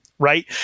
Right